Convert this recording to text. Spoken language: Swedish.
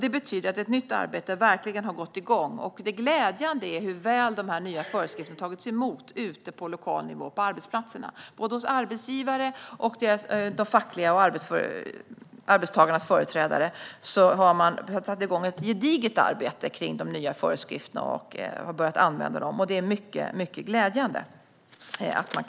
Det betyder att ett nytt arbete verkligen har gått igång, och det glädjande är hur väl dessa nya föreskrifter tagits emot på lokal nivå ute på arbetsplatserna. Hos både arbetsgivarna och arbetstagarnas fackliga företrädare har man satt igång ett gediget arbete kring de nya föreskrifterna och börjat använda dem, och det är mycket glädjande.